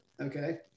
Okay